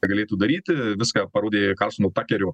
galėtų daryti viską parodė karlsono takerio